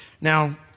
Now